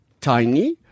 tiny